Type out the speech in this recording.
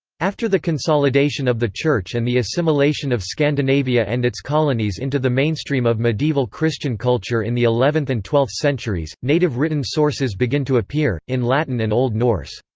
after the consolidation of the church and the assimilation of scandinavia and its colonies into the mainstream of medieval christian culture in the eleventh and twelfth centuries, native written sources begin to appear, in latin and old norse.